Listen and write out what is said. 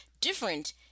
different